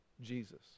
Jesus